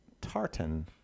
Tartan